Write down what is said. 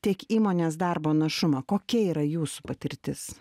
tiek įmonės darbo našumą kokia yra jūsų patirtis